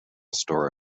store